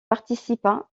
participa